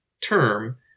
term